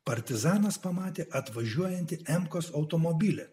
partizanas pamatė atvažiuojantį emkos automobilį